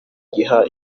giha